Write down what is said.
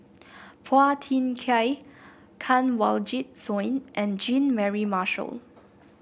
Phua Thin Kiay Kanwaljit Soin and Jean Mary Marshall